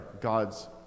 God's